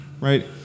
right